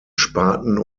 spaten